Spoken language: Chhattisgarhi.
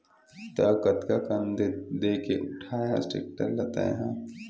त कतका कन देके उठाय हस टेक्टर ल तैय हा?